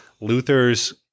Luther's